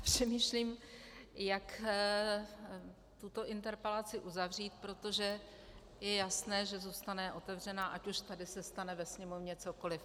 Přemýšlím, jak tuto interpelaci uzavřít, protože je jasné, že zůstane otevřená, ať už se stane ve Sněmovně cokoliv.